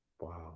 Wow